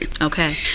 Okay